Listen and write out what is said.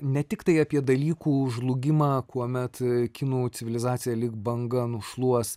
ne tiktai apie dalykų žlugimą kuomet kinų civilizacija lyg banga nušluos